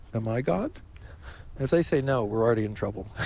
am i god? and if they say, no, we're already in trouble.